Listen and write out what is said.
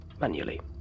Manually